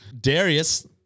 Darius